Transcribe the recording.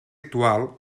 actual